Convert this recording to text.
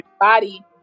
body